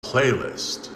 playlist